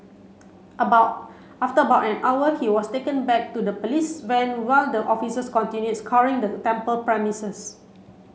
about after about an hour he was taken back to the police van while the officers continued scouring the temple premises